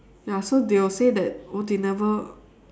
ya so they will say that oh they never